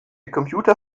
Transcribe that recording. computer